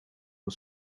was